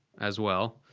as well.